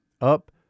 up